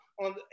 on